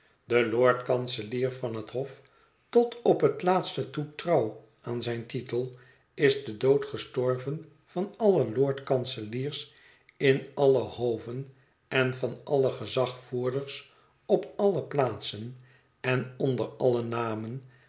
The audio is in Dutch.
de lord-kanselier van dat hof tot op het laatste toe trouw aan zijn titel is den dood gestorven van alle lord kanseliers in alle hoven en van alle gezagvoerders op alle plaatsen en onder alle namen